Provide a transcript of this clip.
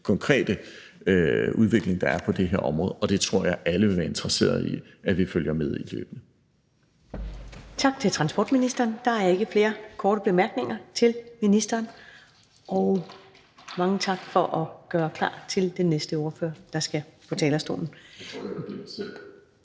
konkrete udvikling, der er på det her område – og det tror jeg alle vil være interesserede i at vi følger med i løbende.